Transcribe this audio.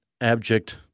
abject—